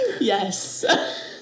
yes